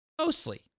mostly